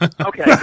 Okay